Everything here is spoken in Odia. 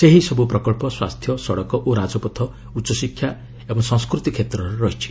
ସେହିସବୁ ପ୍ରକଳ୍ପ ସ୍ୱାସ୍ଥ୍ୟ ସଡକ ଓ ରାଜପଥ ଉଚ୍ଚଶିକ୍ଷା ଓ ସଂସ୍କୃତି କ୍ଷେତ୍ରର ରହିଛି